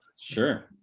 sure